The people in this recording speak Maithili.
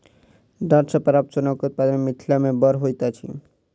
डांट सॅ प्राप्त सोनक उत्पादन मिथिला मे बड़ होइत अछि